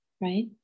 right